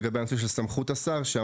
לגבי הנושא של סמכות השר לגבי נותן שירות זר,